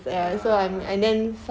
ya